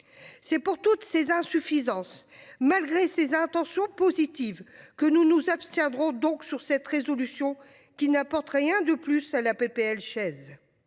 C'est pour toutes ces insuffisances. Malgré ses intentions positives que nous nous abstiendrons donc sur cette résolution, qui n'apporte rien de plus à la PPL